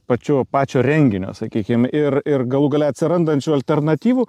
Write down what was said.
pačių pačio renginio sakykim ir ir galų gale atsirandančių alternatyvų